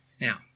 Now